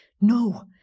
no